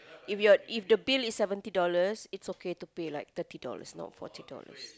if your if the bill is seventy dollars it's okay to pay like thirty dollars not forty dollars